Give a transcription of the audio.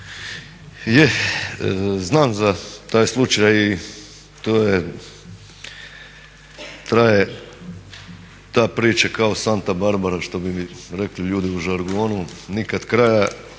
znam za taj slučaj i to traje ta priča kao Santa Barbara što bi rekli ljudi u žargonu, nikad kraja